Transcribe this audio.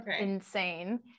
insane